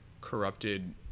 corrupted